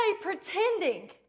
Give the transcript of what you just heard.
pretending